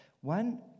One